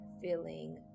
feeling